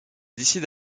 décide